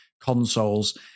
consoles